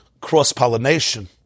cross-pollination